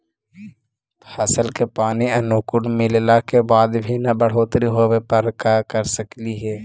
फसल के पानी अनुकुल मिलला के बाद भी न बढ़ोतरी होवे पर का कर सक हिय?